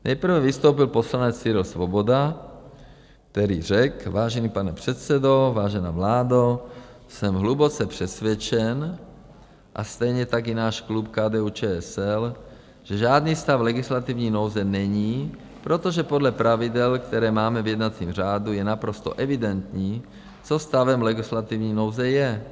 Nejprve vystoupil poslanec Cyril Svoboda, který řekl: Vážený, pane předsedo, vážená vládo, jsem hluboce přesvědčen a stejně tak i náš klub KDUČSL, že žádný stav legislativní nouze není, protože podle pravidel, která máme v jednacím řádu, je naprosto evidentní, co stavem legislativní nouze je.